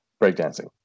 Breakdancing